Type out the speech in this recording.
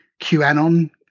QAnon